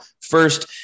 first